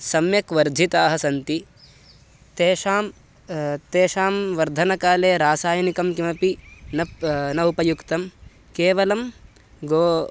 सम्यक् वर्धिताः सन्ति तेषां तेषां वर्धनकाले रासायनिकं किमपि नप् न उपयुक्तं केवलं गो